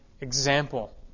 example